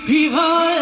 People